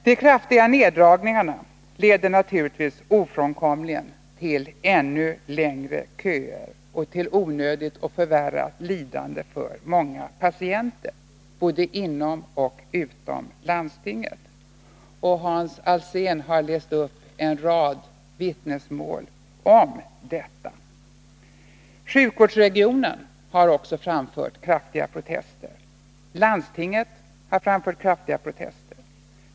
De kraftiga neddragningarna leder naturligtvis ofrånkomligen till ännu längre köer och till onödigt och förvärrat lidande för många patienter både inom och utom landstinget. Hans Alsén har läst upp en rad vittnesbörd om detta. Sjukvårdsregionen har också framfört kraftiga protester. Landstinget har framfört kraftiga protester.